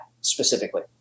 specifically